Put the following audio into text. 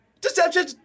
deception